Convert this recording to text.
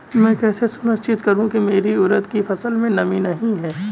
मैं कैसे सुनिश्चित करूँ की मेरी उड़द की फसल में नमी नहीं है?